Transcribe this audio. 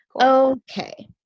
Okay